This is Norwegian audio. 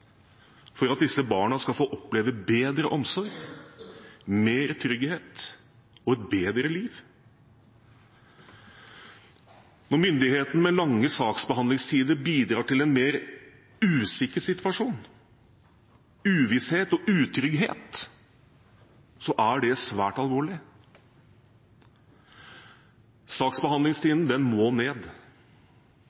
for at disse barna skal få oppleve bedre omsorg, mer trygghet og et bedre liv. Når myndighetene med lange saksbehandlingstider bidrar til en mer usikker situasjon, med uvisshet og utrygghet, er det svært alvorlig.